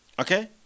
Okay